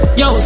yo